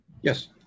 Yes